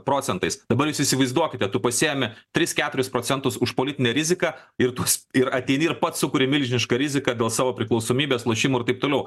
procentais dabar jūs įsivaizduokitetu pasiimi tris keturis procentus už politinę riziką ir tuos ir ateini ir pats sukuri milžinišką riziką dėl savo priklausomybės lošimui ir taip toliau